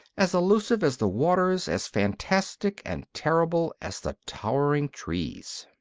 as elusive as the waters, as fantastic and terrible as the towering trees.